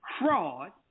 fraud